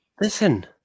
Listen